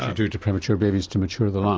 ah do to premature babies to mature the lungs.